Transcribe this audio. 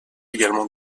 également